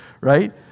Right